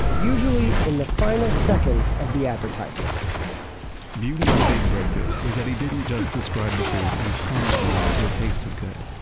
usually in the final seconds of the advertisement budin's big breakthrough was that he didn't just describe the food and promise viewers it tasted good.